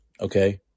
Okay